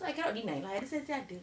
so I cannot deny lah I rasa mesti ada